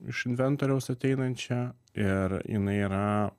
iš inventoriaus ateinančia ir jinai yra